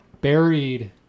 buried